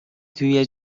توی